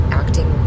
acting